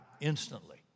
instantly